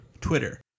twitter